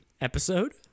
episode